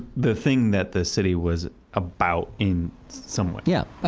the thing that the city was about in some way. yeah.